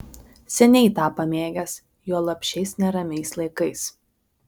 seniai tą pamėgęs juolab šiais neramiais laikais